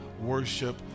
worship